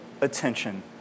attention